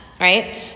right